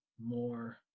more